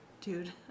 dude